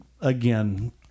again